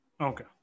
Okay